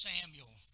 Samuel